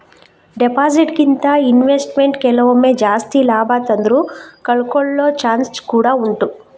deposit ಗಿಂತ investment ಕೆಲವೊಮ್ಮೆ ಜಾಸ್ತಿ ಲಾಭ ತಂದ್ರೂ ಕಳ್ಕೊಳ್ಳೋ ಚಾನ್ಸ್ ಕೂಡಾ ಉಂಟು